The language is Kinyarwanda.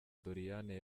doriane